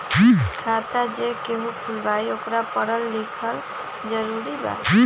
खाता जे केहु खुलवाई ओकरा परल लिखल जरूरी वा?